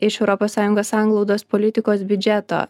iš europos sąjungos sanglaudos politikos biudžeto